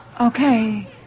Okay